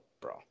bro